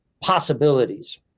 possibilities